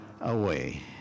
away